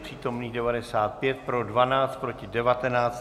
Přítomných 95, pro 12, proti 19.